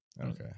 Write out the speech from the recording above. Okay